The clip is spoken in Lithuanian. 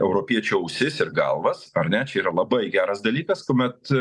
europiečių ausis ir galvas ar ne čia yra labai geras dalykas kuomet